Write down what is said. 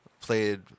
played